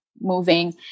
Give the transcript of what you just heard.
moving